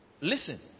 Listen